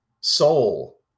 soul